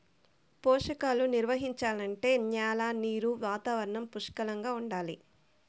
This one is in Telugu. పోషకాలు నిర్వహించాలంటే న్యాల నీరు వాతావరణం పుష్కలంగా ఉండాలి